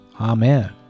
Amen